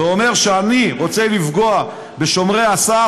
ואומר שאני רוצה לפגוע בשומרי הסף,